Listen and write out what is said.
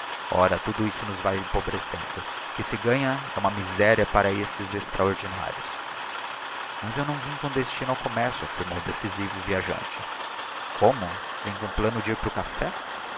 ora tudo isto nos vae empobrecendo o que se ganha é uma miséria para esses extraodinarios mas eu não vim com destino ao commercio affirmou decisivo o viajante como vem com o plano de ir para o café